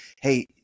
hey